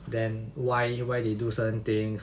then why why they do certain things